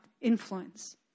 influence